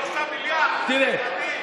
למנסור עבאס 53 מיליארד, זה חברתי?